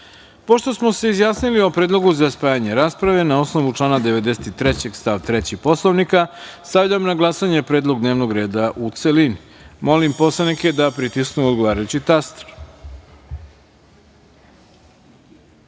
smo se izjasnili o predlogu za spajanje rasprave, na osnovu člana 93. stav 3. Poslovnika, stavljam na glasanje predlog dnevnog reda u celini. Molim poslanike da pritisnu odgovarajući